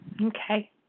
Okay